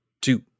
two